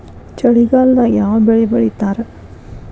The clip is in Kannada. ಚಳಿಗಾಲದಾಗ್ ಯಾವ್ ಬೆಳಿ ಬೆಳಿತಾರ?